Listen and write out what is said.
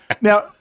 now